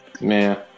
Man